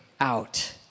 out